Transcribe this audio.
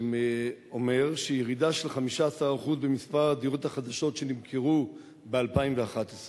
שאומר שיש ירידה של 15% במספר הדירות החדשות שנמכרו ב-2011.